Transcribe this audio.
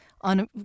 on